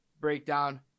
breakdown